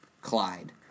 Clyde